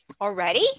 Already